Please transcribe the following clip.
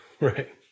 Right